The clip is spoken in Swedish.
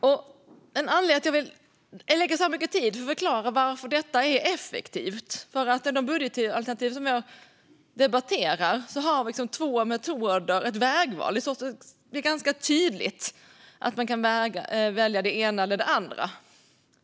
Det finns en anledning till att jag lägger så mycket tid på att förklara varför dessa åtgärder är så effektiva. De budgetalternativ vi debatterar innebär ett vägval mellan två metoder. Det är tydligt att man kan välja det ena eller det andra.